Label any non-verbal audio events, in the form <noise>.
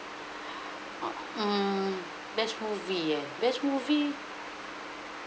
<breath> uh mm best movie eh best movie